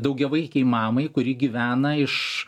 daugiavaikei mamai kuri gyvena iš